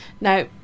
Now